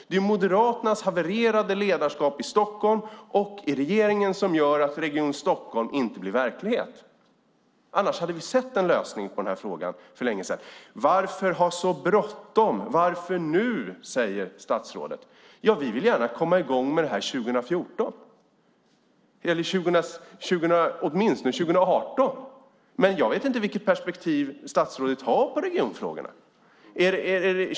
Det är Moderaternas havererade ledarskap i Stockholm och i regeringen som gör att Region Stockholm inte blir verklighet. Annars hade vi sett en lösning på frågan för länge sedan. Varför ha så bråttom? Varför nu? Så säger statsrådet. Ja, vi vill gärna komma i gång med det här 2014 eller åtminstone 2018. Jag vet inte vilket perspektiv statsrådet har på regionfrågorna.